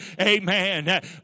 amen